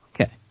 Okay